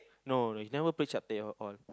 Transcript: no he never play Chapteh before